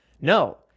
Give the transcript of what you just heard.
No